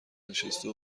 نشسته